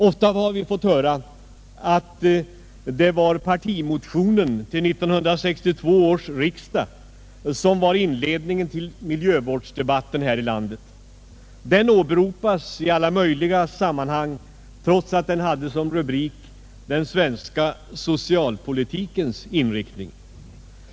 Ofta har vi fått höra att det var partimotionen till 1962 års riksdag som var inledningen till miljövårdsdebatten här i landet. Den åberopas i alla möjliga sammanhang trots att den hade som rubrik ”Den svenska socialpolitikens inriktning”.